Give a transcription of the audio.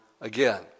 again